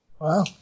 wow